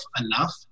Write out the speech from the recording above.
enough